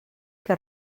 que